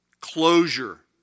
Closure